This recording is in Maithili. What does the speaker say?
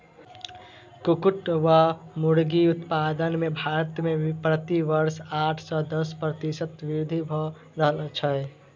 कुक्कुट वा मुर्गी उत्पादन मे भारत मे प्रति वर्ष आठ सॅ दस प्रतिशत वृद्धि भ रहल छै